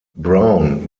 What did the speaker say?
brown